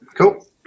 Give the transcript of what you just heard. Cool